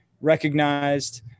recognized